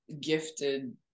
gifted